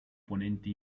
ponente